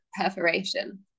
perforation